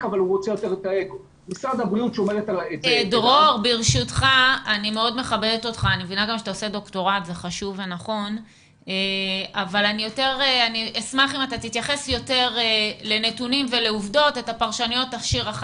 אבל אני אשמח אתה תתייחס יותר לנתונים ולעובדות ואת הפרשנויות תשאיר.